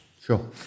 Sure